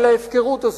על ההפקרות הזאת.